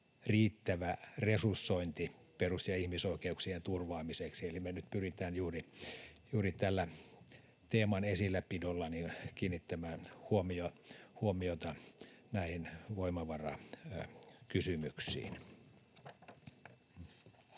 riittävä resursointi perus- ja ihmisoikeuksien turvaamiseksi, eli me nyt pyritään juuri tällä teeman esillä pidolla kiinnittämään huomiota näihin voimavarakysymyksiin.